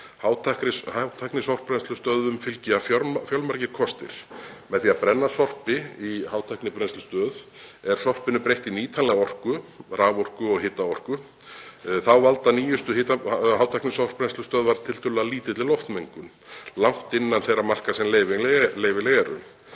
Hátæknisorpbrennslustöðvum fylgja fjölmargir kostir. Með því að brenna sorpi í hátæknibrennslustöð er sorpinu breytt í nýtanlega orku, raforku og hitaorku. Þá valda nýjustu hátæknisorpbrennslustöðvarnar tiltölulega lítilli loftmengun, langt innan þeirra marka sem leyfileg eru.